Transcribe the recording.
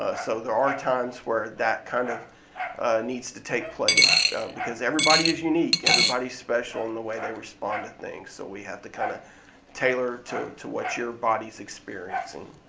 ah so there are times where that kind of needs to take place because everybody is unique, everybody's special in the way they respond to things. so we have to kinda tailor to to what your body's experiencing.